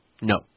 no